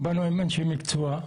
באנו עם אנשי מקצוע.